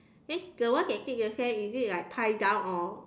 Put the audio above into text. then the one that dig the sand is it like lie down or